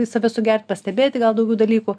į save sugert pastebėti gal daugiau dalykų